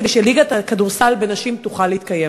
כדי שליגת הכדורסל בנשים תוכל להתקיים.